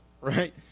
right